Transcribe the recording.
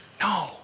No